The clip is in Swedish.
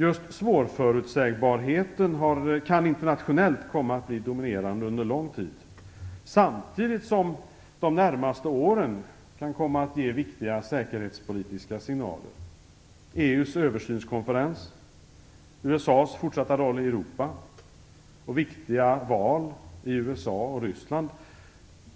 Just svårförutsägbarheten kan internationellt komma att bli dominerande under lång tid, samtidigt som de närmaste åren kan ge viktiga säkerhetspolitiska signaler. EU:s översynskonferens, USA:s fortsatta roll i Europa och viktiga val i USA och Ryssland